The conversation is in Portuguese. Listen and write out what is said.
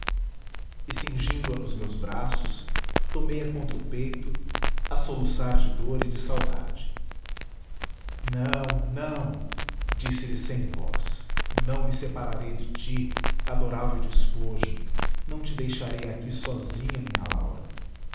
e cingindo a nos meus braços tomei a contra o peito a soluçar de dor e de saudade não não disse-lhe sem voz não me separarei de ti adorável despojo não te deixarei aqui sozinha minha laura